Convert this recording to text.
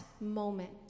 moment